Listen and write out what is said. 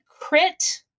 crit